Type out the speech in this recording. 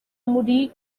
muri